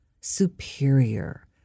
superior